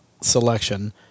selection